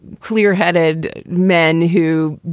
clear headed men who,